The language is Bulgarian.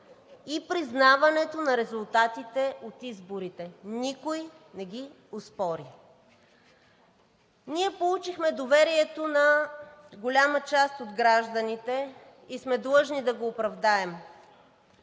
и признаването на резултатите от изборите – никой не ги оспори. Ние получихме доверието на голяма част от гражданите и сме длъжни да го оправдаем.